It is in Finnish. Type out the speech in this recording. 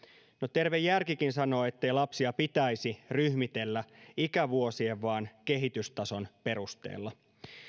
terve järkikin sanoo ettei lapsia pitäisi ryhmitellä ikävuosien vaan kehitystason perusteella